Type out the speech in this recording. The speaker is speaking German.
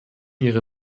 ihre